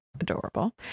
adorable